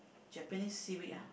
Japanese seaweed ah